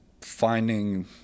finding